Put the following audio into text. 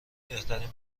بهترین